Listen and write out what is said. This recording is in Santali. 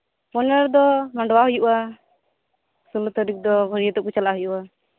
ᱯᱚᱱᱮᱨᱳ ᱫᱚ ᱢᱟᱸᱰᱣᱟ ᱦᱩᱭᱩᱜ ᱟ ᱥᱳᱞᱚ ᱛᱟᱹᱨᱤᱠᱷ ᱫᱚ ᱵᱟᱹᱨᱭᱟᱹᱛᱚᱜ ᱠᱩ ᱪᱟᱞᱟᱜ ᱦᱩᱭᱩᱜᱼᱟ